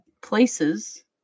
places